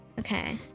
Okay